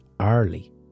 early